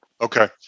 Okay